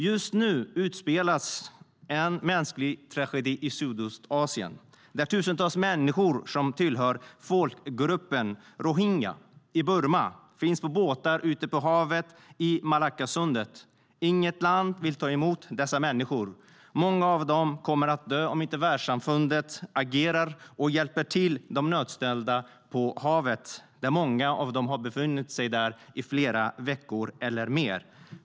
Just nu utspelas en mänsklig tragedi i Sydostasien där tusentals människor som hör till folkgruppen rohingya i Burma finns på båtar ute på havet i Malackasundet. Inget land vill ta emot dessa människor. Många av dem kommer att dö om inte världssamfundet agerar och hjälper de nödställda på havet, där många av dem har befunnit sig i flera veckor eller mer.